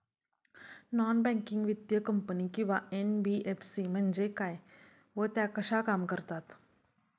Non banking वित्तीय कंपनी किंवा एन.बी.एफ.सी म्हणजे काय व त्या कशा काम करतात?